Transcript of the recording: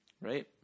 right